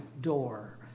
door